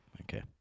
Okay